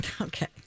Okay